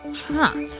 huh.